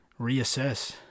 reassess